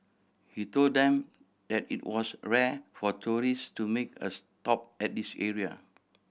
he told them that it was rare for tourists to make a stop at this area